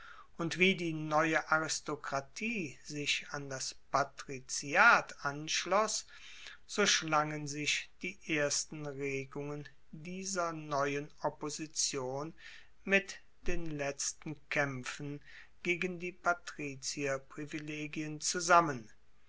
und wie die neue aristokratie sich an das patriziat anschloss so schlangen sich die ersten regungen dieser neuen opposition mit den letzten kaempfen gegen die patrizierprivilegien zusammen